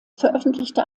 veröffentlichte